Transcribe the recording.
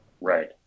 Right